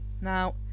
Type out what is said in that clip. Now